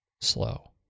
Slow